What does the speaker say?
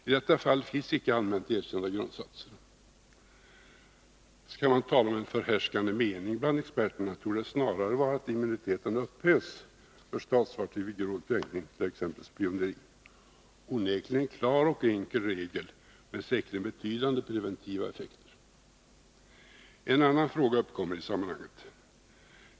I detta fall finns icke allmänt erkända grundsatser. Skall man tala om en förhärskande mening bland experterna, torde det snarare vara att immuniteten upphävs för statsfartyg vid grov kränkning, t.ex. spioneri — onekligen en klar och enkel regel med säkerligen betydande preventiva effekter. En annan fråga uppkommer i sammanhanget.